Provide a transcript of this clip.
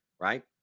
right